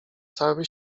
całym